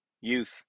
Youth